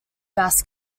bass